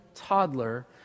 toddler